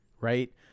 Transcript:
Right